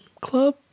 club